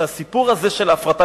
שהסיפור הזה של ההפרטה,